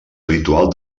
habitual